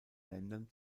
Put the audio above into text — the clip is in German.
ländern